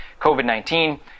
COVID-19